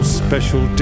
special